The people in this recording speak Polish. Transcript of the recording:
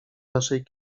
naszej